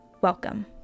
welcome